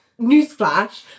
newsflash